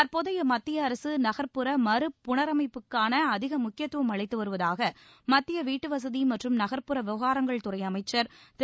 தற்போதைய மத்திய அரசு நகர்ப்புற மறுபுனரமைப்புக்கு அதிக முக்கியத்துவம் அளித்து வருவதாக மத்திய வீட்டு வசதி மற்றும் நகர்ப்புற விவகாரங்கள் துறை அமைச்சர் திரு